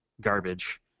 garbage